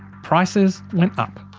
prices went up.